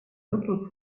looking